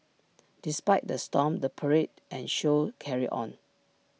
despite the storm the parade and show carried on